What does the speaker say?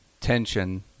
tension